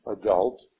adult